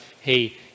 hey